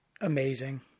amazing